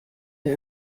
der